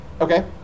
Okay